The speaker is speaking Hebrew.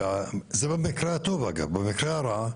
זה במקרה הטוב, אגב, במקרה הרע,